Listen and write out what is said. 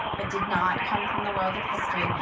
but did not come from the world of history.